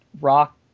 rock